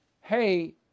hey